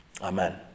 Amen